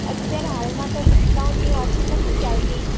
અત્યારે હાલમાં તો ડિસ્કાઉન્ટની ઓફર નથી ચાલતી